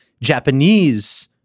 Japanese